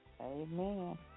amen